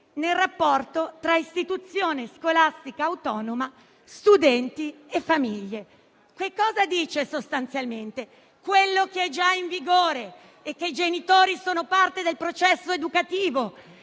nel rapporto tra istituzione scolastica autonoma, studenti e famiglie». Che cosa dice sostanzialmente? Quello che è già in vigore, che i genitori sono parte del processo educativo